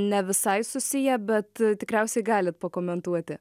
ne visai susiję bet tikriausiai galit pakomentuoti